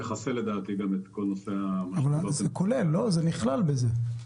זה נכלל בזה,